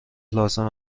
لازم